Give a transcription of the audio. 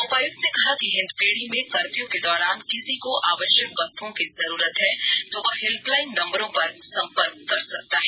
उपायुक्त ने कहा कि हिंदपीढ़ी में कर्फयू के दौरान किसी को आवश्यक वस्तुओं की जरूरत है तो वह हेल्पलाइन नंबरों पर संपर्क कर सकता है